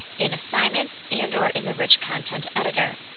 in assignments and or in the rich content editor.